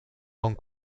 con